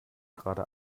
gerade